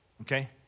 okay